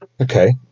Okay